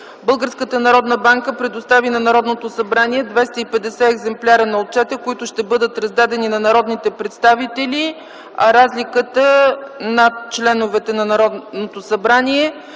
Българската народна банка предостави на Народното събрание 250 екземпляра на отчета, които ще бъдат раздадени на народните представители, а разликата над членовете на Народното събрание